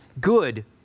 good